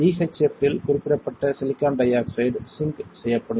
BHF இல் குறிப்பிடப்பட்ட silicon dioxide சிங் செய்யப்படும்